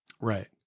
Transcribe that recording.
Right